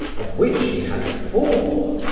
of which he had four.